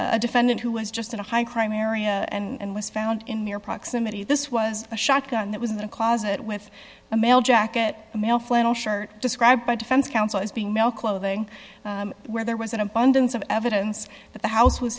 a defendant who was just in a high crime area and was found in mere proximity this was a shotgun that was in a closet with a male jacket a male flannel shirt described by defense counsel as being male clothing where there was an abundance of evidence that the house w